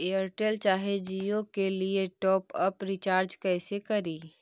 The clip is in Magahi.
एयरटेल चाहे जियो के लिए टॉप अप रिचार्ज़ कैसे करी?